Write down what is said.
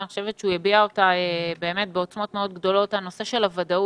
אני חושבת שהוא הביע אותה בעוצמות מאוד גדולות הנושא של הוודאות.